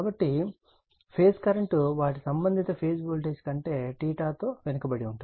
కాబట్టి phase current వాటి సంబంధిత ఫేజ్ వోల్టేజ్ కంటే తో వెనుకబడి ఉంటుంది